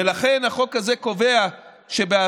ולכן החוק הזה קובע שבהסכמה,